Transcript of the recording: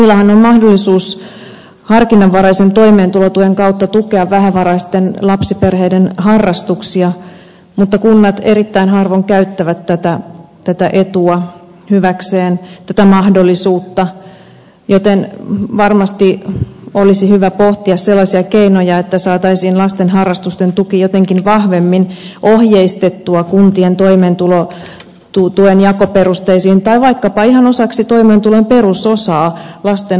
kunnillahan on mahdollisuus harkinnanvaraisen toimeentulotuen kautta tukea vähävaraisten lapsiperheiden harrastuksia mutta kunnat erittäin harvoin käyttävät tätä etua hyväkseen tätä mahdollisuutta joten varmasti olisi hyvä pohtia sellaisia keinoja että saataisiin lasten harrastusten tuki jotenkin vahvemmin ohjeistettua kuntien toimeentulotuen jakoperusteisiin tai vaikkapa ihan osaksi toimeentulotuen perusosaa saataisiin lasten harrastuslisä